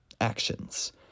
actions